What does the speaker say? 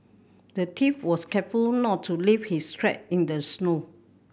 the thief was careful not to leave his track in the snow